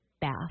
bath